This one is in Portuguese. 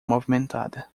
movimentada